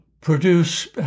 produce